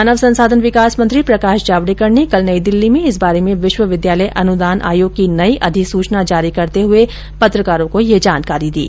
मानव संसाधन विकास मंत्री प्रकाश जावड़ेकर ने कल नई दिल्ली में इस बारे में विश्विद्यालय अनुदान आयोग की नई अधिसूचना जारी करते हुए पत्रकारों को यह जानकारी दी